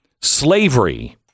Slavery